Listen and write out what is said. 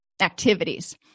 activities